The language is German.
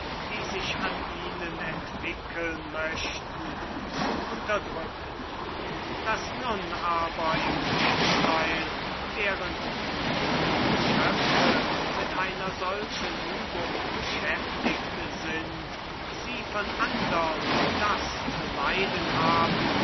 die sich an ihnen entwickeln möchten zu unterdrücken daß nun aber im gegenteil während die jungen geschöpfe mit einer solchen übung beschäftigt sind sie von andern das zu leiden haben